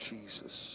Jesus